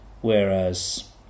whereas